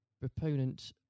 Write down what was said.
proponent